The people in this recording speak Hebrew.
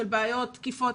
של בעיות תקיפות.